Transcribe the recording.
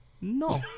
no